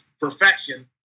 perfection